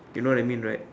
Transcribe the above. you know what I mean right